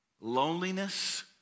loneliness